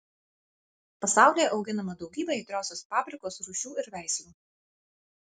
pasaulyje auginama daugybė aitriosios paprikos rūšių ir veislių